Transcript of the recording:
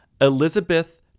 Elizabeth